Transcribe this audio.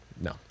no